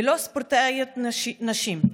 ולא ספורטאיות נשים.